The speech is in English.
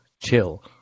chill